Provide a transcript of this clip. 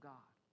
God